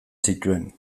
zituen